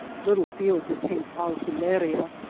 little fields of pink alfileria,